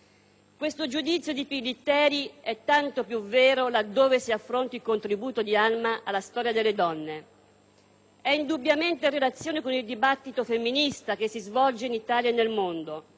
Questo giudizio di Pillitteri è tanto più vero laddove si affronti il contributo di Alma alla storia delle donne. È indubbiamente in relazione con il dibattito femminista che si svolge in Italia e nel mondo,